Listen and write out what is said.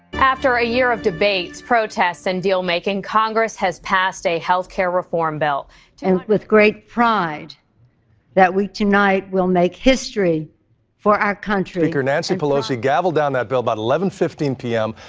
after a year of debate, protests and deal-making, congress has passed a health care reform bill and with great pride that we tonight will make history for our country. speaker nancy pelosi gaveled down that bill about eleven fifteen p m,